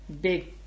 big